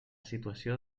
situació